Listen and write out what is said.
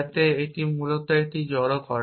যাতে এটি মূলত এটিকে জড়ো করে